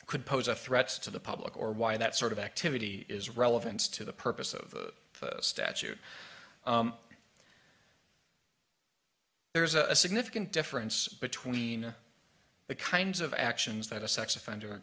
could pose a threat to the public or why that sort of activity is relevance to the purpose of the statute there is a significant difference between the kinds of actions that a sex offender